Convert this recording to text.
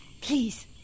Please